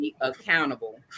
accountable